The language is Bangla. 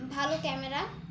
ভালো ক্যামেরা